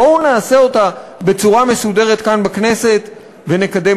בואו נעשה אותה בצורה מסודרת כאן בכנסת ונקדם